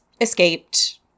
escaped